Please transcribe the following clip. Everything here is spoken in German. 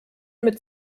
mit